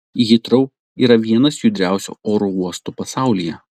hitrou yra vienas judriausių oro uostų pasaulyje